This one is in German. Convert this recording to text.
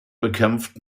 bekämpft